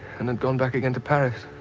and had gone back again to paris.